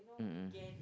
mmhmm